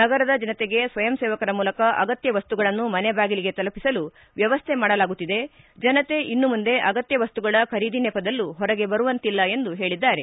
ನಗರದ ಜನತೆಗೆ ಸ್ವಯಂಸೇವಕರ ಮೂಲಕ ಅಗತ್ಯ ವಸ್ತುಗಳನ್ನು ಮನೆ ಬಾಗಿಲಿಗೇ ತಲುಪಿಸಲು ವ್ಯವಸ್ಥೆ ಮಾಡಲಾಗುತ್ತಿದೆ ಜನತೆ ಇನ್ನು ಮುಂದೆ ಅಗತ್ಯ ವಸ್ತುಗಳ ಖರೀದಿ ನೆಪದಲ್ಲೂ ಹೊರಗೆ ಬರುವಂತಿಲ್ಲ ಎಂದು ಹೇಳಿದ್ದಾರೆ